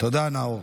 תודה, נאור.